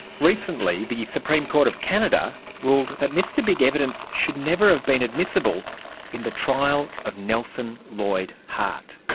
recently the supreme court of canada ruled that mr big evidence should never have been admissible in the trial of nelson lloyd hart.